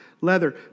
leather